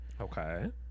Okay